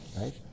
right